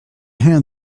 hand